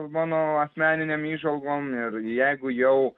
mano asmeninėm įžvalgom ir jeigu jau